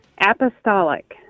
Apostolic